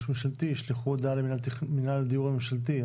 ממשלתי ישלחו הודעה למינהל הדיור הממשלתי,